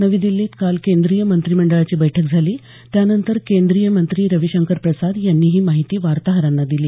नवी दिल्लीत काल केंद्रीय मंत्रिमंडळाची बैठक झाली त्यानंतर केंद्रीय मंत्री रविशंकर प्रसाद यांनी ही माहिती वार्ताहरांना दिली